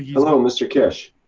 hello mr keshe.